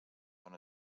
són